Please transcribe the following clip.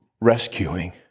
rescuing